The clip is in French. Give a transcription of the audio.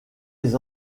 les